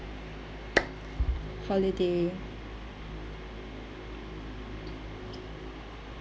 holiday